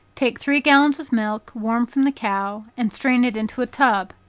take three gallons of milk, warm from the cow, and strain it into a tub,